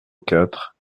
quatre